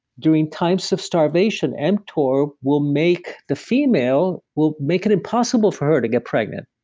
during times of starvation, mtor will make the female will make it impossible for her to get pregnant,